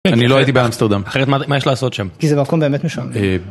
אני לא הייתי באמסטרדם, אחרת מה יש לעשות שם? כי זה מקום באמת משעמם.